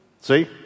See